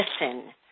listen